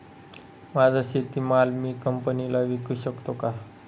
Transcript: माझा शेतीमाल मी कंपनीला विकू शकतो का?